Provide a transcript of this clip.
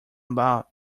about